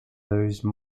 those